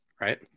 right